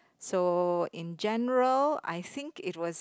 so in general I think it was